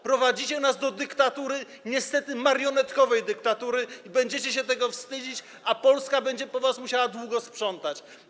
Prowadzicie nas do dyktatury, niestety marionetkowej dyktatury, i będziecie się tego wstydzić, a Polska będzie po was musiała długo sprzątać.